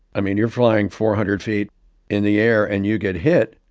i mean, you're flying four hundred feet in the air, and you get hit.